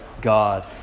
God